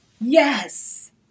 Yes